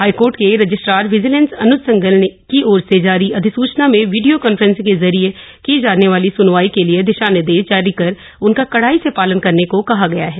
high court के registrar vigilance Anuj Sanghal की ओर से जारी अधिसुचना में वीडियो कांफ्रेंसिंग के जरिये की जाने वाली सुनवाई के लिए दिशा निर्देश जारी कर उनका कड़ाई से पालन करने को कहा गया है